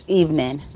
evening